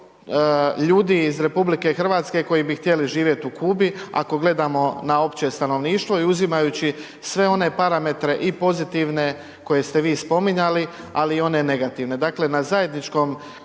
bi bilo ljudi iz RH koji bi htjeli živjet u Kubi ako gledamo na opće stanovništvo i uzimajući sve one parametre i pozitivne koje ste vi spominjali, ali i one negativne.